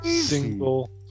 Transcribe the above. single